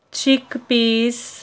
ਸ਼ਿੱਕ piece